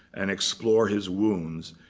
and explore his wounds,